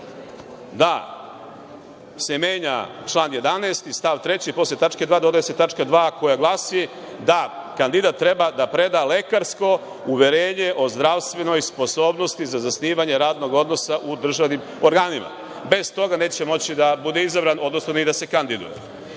da se menja član 11. i stav 3. posle tačke 2. dodaje se tačka 2. koja glasi da kandidat treba da preda lekarsko uverenje o zdravstvenoj sposobnosti za zasnivanje radnog odnosa u državnim organima. Bez toga neće moći da bude izabran ni da se kandiduje.Zašto